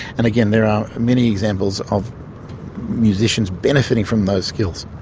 and again, there are many examples of musicians benefitting from those skills.